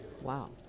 Wow